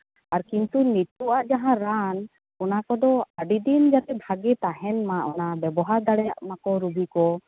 ᱟᱨ ᱠᱤᱱᱛᱩ ᱱᱤᱛᱳᱜᱟᱜ ᱡᱟᱦᱟᱸ ᱨᱟᱱ ᱚᱱᱟ ᱠᱚᱫᱚ ᱟᱹᱰᱤ ᱫᱤᱱ ᱡᱟᱛᱮ ᱵᱷᱟᱜᱮ ᱛᱟᱦᱮᱱ ᱢᱟ ᱚᱱᱟ ᱵᱮᱵᱚᱦᱟᱨ ᱫᱟᱲᱮᱭᱟᱜ ᱢᱟᱠᱚ ᱨᱩᱜᱤ ᱠᱚ